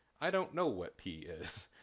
i don't know what p is.